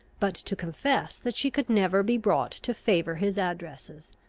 but to confess that she could never be brought to favour his addresses.